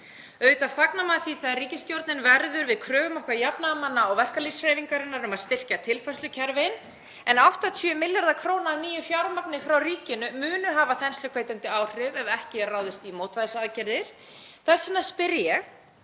Auðvitað fagnar maður því þegar ríkisstjórnin verður við kröfum okkar jafnaðarmanna og verkalýðshreyfingarinnar um að styrkja tilfærslukerfin en 80 milljarðar kr. af nýju fjármagni frá ríkinu munu hafa þensluhvetjandi áhrif ef ekki er ráðist í mótvægisaðgerðir. Þess vegna spyr ég: